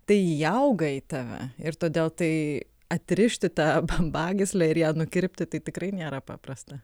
tai įauga į tave ir todėl tai atrišti tą bambagyslę ir ją nukirpti tai tikrai nėra paprasta